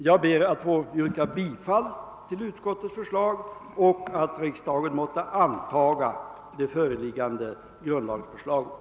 Jag yrkar att riksdagen måtte anta det föreliggande grundlagsförslaget och alltså bifalla utskottets hemställan.